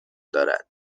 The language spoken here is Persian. دارد